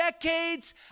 decades